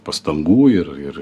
pastangų ir ir